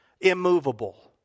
Immovable